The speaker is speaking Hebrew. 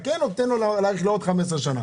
אתה כן נותן לו להאריך לעוד 15 שנים.